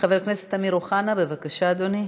חבר הכנסת אמיר אוחנה, בבקשה, אדוני.